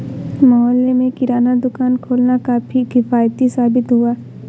मोहल्ले में किराना दुकान खोलना काफी किफ़ायती साबित हुआ